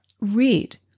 read